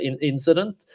incident